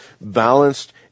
balanced